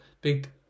big